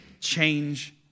change